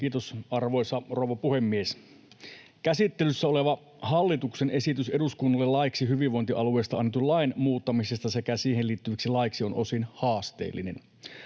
Kiitos, arvoisa rouva puhemies! Käsittelyssä oleva hallituksen esitys eduskunnalle laiksi hyvinvointialueesta annetun lain muuttamisesta sekä siihen liittyviksi laeiksi on osin haasteellinen.